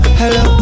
hello